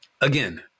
Again